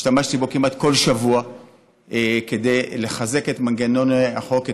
השתמשתי בו כמעט כל שבוע כדי לחזק את מנגנון החוק,